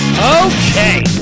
Okay